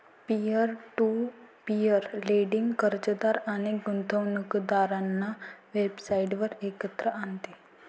peer to peer lending कर्जदार आणि गुंतवणूकदारांना वेबसाइटवर एकत्र आणते